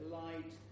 light